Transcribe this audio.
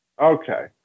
Okay